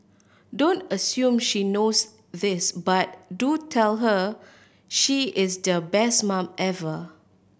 don't assume she knows this but do tell her she is the best mum ever